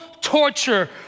torture